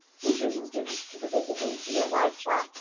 teachers, and students to participate via live chat,